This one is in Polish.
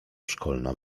szkolna